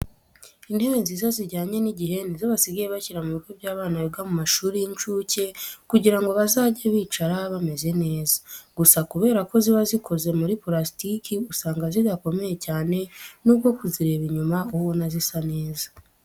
Intebe nziza zijyanye n'igihe ni zo basigaye bashyira mu bigo by'abana biga mu mashuri y'inshuke kugira ngo bazajye bicara bameze neza. Gusa kubera ko ziba zikoze muri parasitike usanga zidakomeye cyane nubwo kuzireba inyuma uba ubona zisa neza.